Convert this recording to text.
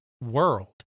world